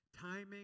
Timing